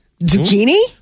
zucchini